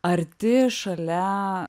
arti šalia